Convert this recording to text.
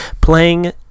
playing